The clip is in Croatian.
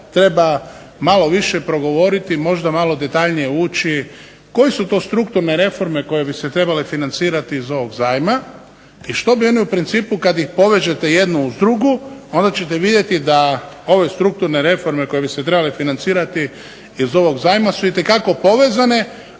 treba malo više progovoriti, možda malo detaljnije ući koje su to strukturne reforme koje bi se trebale financirati iz ovog zajma i što bi oni u principu. Kad ih povežete jednu uz drugu onda ćete vidjeti da ove strukturne reforme koje bi se trebale financirati iz ovog zajma su itekako povezane,